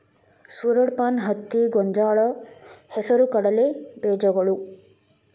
ಸೂರಡಪಾನ, ಹತ್ತಿ, ಗೊಂಜಾಳ, ಹೆಸರು ಕಡಲೆ ಬೇಜಗಳು